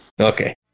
okay